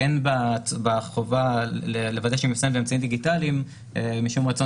אין בחובה לוודא שזה מיושם באמצעים דיגיטליים משום רצון